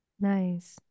Nice